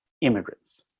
immigrants